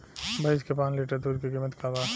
भईस के पांच लीटर दुध के कीमत का बा?